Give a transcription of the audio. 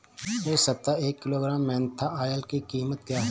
इस सप्ताह एक किलोग्राम मेन्था ऑइल की कीमत क्या है?